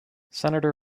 senator